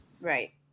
right